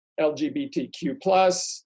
LGBTQ+